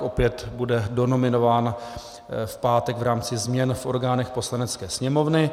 Opět bude donominován v pátek v rámci změn v orgánech Poslanecké sněmovny.